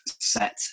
set